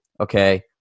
Okay